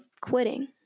quitting